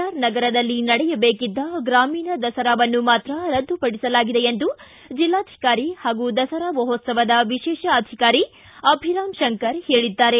R ನಗರದಲ್ಲಿ ನಡೆಯಬೇಕಿದ್ದ ಗ್ರಾಮೀಣ ದಸರಾವನ್ನು ಮಾತ್ರ ರದ್ದು ಪಡಿಸಲಾಗಿದೆ ಎಂದು ಜಿಲ್ಲಾಧಿಕಾರಿ ಹಾಗೂ ದಸರಾ ಮಹೋತ್ಸವದ ವಿಶೇಷ ಅಧಿಕಾರಿ ಅಭಿರಾಮ್ ಶಂಕರ್ ಹೇಳಿದ್ದಾರೆ